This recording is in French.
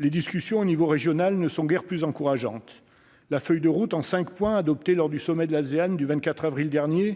Les discussions à l'échelon régional ne sont guère plus encourageantes. La feuille de route en cinq points, adoptée lors du sommet de l'Asean du 24 avril dernier et